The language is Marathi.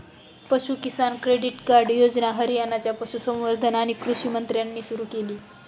पशु किसान क्रेडिट कार्ड योजना हरियाणाच्या पशुसंवर्धन आणि कृषी मंत्र्यांनी सुरू केली